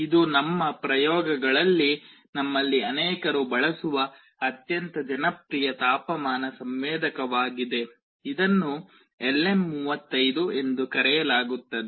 ಇದು ನಮ್ಮ ಪ್ರಯೋಗಗಳಲ್ಲಿ ನಮ್ಮಲ್ಲಿ ಅನೇಕರು ಬಳಸುವ ಅತ್ಯಂತ ಜನಪ್ರಿಯ ತಾಪಮಾನ ಸಂವೇದಕವಾಗಿದೆ ಇದನ್ನು LM35 ಎಂದು ಕರೆಯಲಾಗುತ್ತದೆ